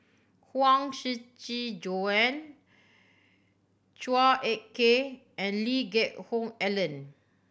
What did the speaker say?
Huang Shiqi Joan Chua Ek Kay and Lee Geck Hoon Ellen